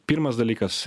pirmas dalykas